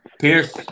Pierce